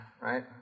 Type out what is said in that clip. right